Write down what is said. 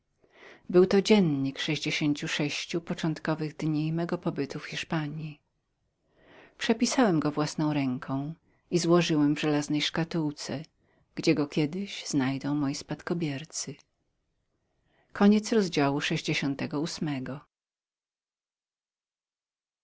był to dziennik sześćdziesięciu pierwszych dni mego pobytu w hiszpanji przepisałem go własną ręką i złożyłem w żelaznej szkatułce gdzie go kiedyś znajdą moi spadkobiercy